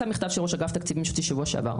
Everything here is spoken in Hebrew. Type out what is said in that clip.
במכתב של ראש אגף תקציבים שיצא שבוע שעבר.